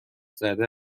زده